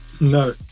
No